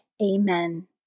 Amen